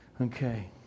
Okay